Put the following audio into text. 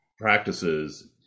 practices